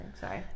Sorry